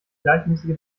gleichmäßige